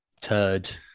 turd